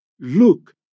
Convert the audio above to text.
Look